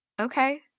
Okay